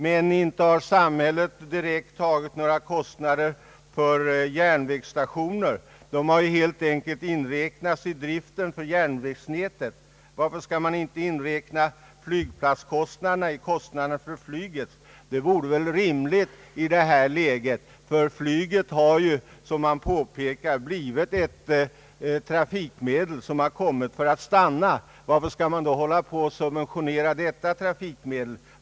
Däremot har samhället inte di rekt tagit några kostnader för järnvägsstationer. Dessa har helt enkelt inräknats i driften för järnvägsnätet. Varför inräknas inte flygplatskostnaderna i kostnaderna för flyget? Det vore väl rimligt i detta läge, ty flyget har — som det påpekats — blivit ett trafikmedel som kommit för att stanna. Varför skall man då subventionera detta trafikmedel?